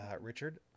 Richard